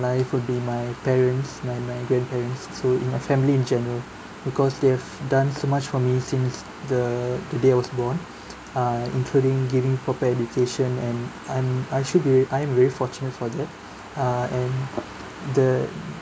life would be my parents my my grandparents so in my family in general because they have done so much for me since the the day I was born uh including giving proper education and I'm I actually really I am really fortunate for that uh and the